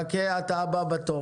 חכה, אתה הבא בתור.